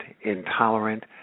intolerant